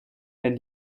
wenn